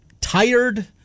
tired